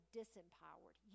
disempowered